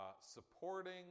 supporting